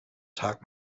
tag